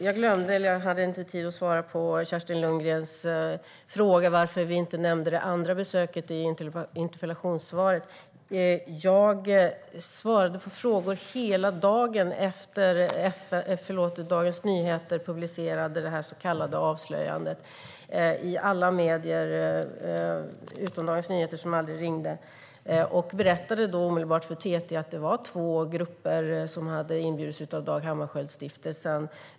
Jag hade inte tid att svara på Kerstin Lundgrens fråga om varför vi inte nämnde det andra besöket i interpellationssvaret. Jag svarade på frågor hela dagen efter Dagens Nyheters publicering av det så kallade avslöjandet, från alla medier utom Dagens Nyheter som aldrig ringde. Jag berättade omedelbart för TT att det var två grupper som hade inbjudits av Dag Hammarskjöld-stiftelsen.